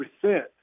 percent